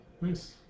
Nice